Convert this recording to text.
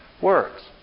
works